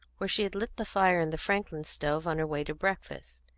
where she had lit the fire in the franklin-stove on her way to breakfast.